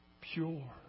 Pure